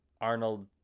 Arnold